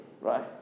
right